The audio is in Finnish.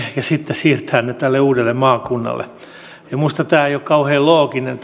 ja sitten siirtää ne tälle uudelle maakunnalle minusta tämä menettelytapa ei ole kauhean looginen